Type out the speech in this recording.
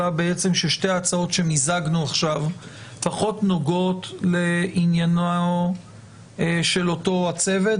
עלה בעצם ששתי ההצעות שמיזגנו עכשיו פחות נוגעות לעניינו של אותו הצוות,